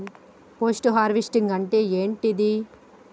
Post harvesting అంటే ఏంటిది?